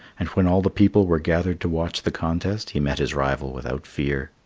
and when all the people were gathered to watch the contest, he met his rival without fear.